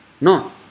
No